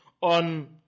on